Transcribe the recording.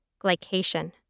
Glycation